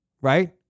right